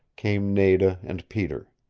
came nada and peter.